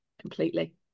completely